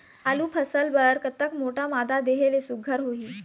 आलू फसल बर कतक मोटा मादा देहे ले सुघ्घर होही?